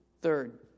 Third